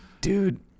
Dude